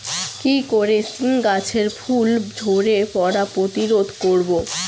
কি করে সীম গাছের ফুল ঝরে পড়া প্রতিরোধ করব?